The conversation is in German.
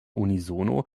unisono